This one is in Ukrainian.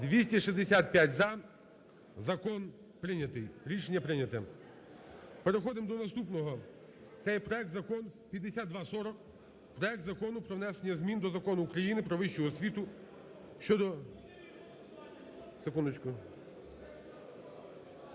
За-265 Закон прийнятий. Рішення прийнято. Переходимо до наступного, це є проект Закон (5240) проект Закону про внесення змін до Закону України "Про вищу освіту" щодо... (Шум